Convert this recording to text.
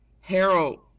Harold